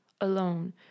alone